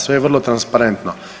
Sve je vrlo transparentno.